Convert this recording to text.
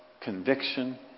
conviction